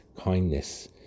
kindness